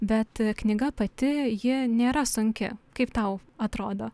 bet knyga pati ji nėra sunki kaip tau atrodo